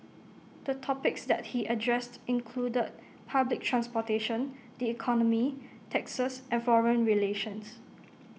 the topics that he addressed included public transportation the economy taxes and foreign relations